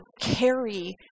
carry